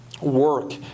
work